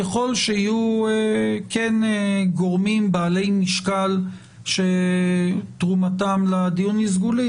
ככל שיהיו גורמים בעלי משקל שתרומתם לדיון היא סגולית